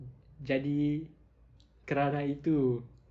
jadi kerana itu